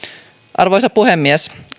arvoisa puhemies